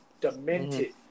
Demented